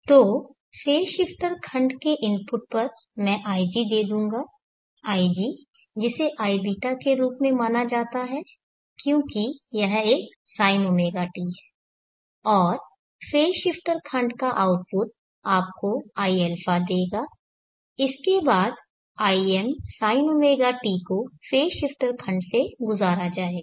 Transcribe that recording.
तो phase shifter खंड के इनपुट पर मैं ig दे दूंगा ig जिसे iβ के रूप में माना जाता है क्योंकि यह एक sinωt है और फेज़ शिफ्टर खंड का आउटपुट आपको iα देगा इसके बाद imsinωt को फेज़ शिफ्टर खंड से गुजारा जाएगा